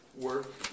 work